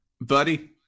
buddy